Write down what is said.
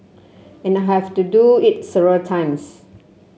and I have to do it several times